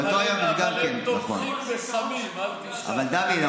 היה אמור להיות גיבוש במסעדה לא כשרה וזה בוטל,